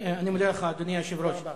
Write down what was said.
אני מודה לך, אדוני היושב-ראש.